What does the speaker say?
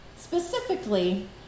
Specifically